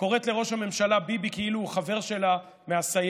קוראת לראש הממשלה "ביבי" כאילו הוא חבר שלה מהסיירת,